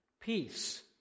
Peace